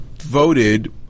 voted